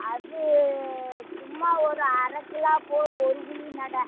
அது சும்மா ஒரு அரைக் கிலோ போதும் ஒரு குழி நட